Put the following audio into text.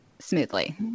smoothly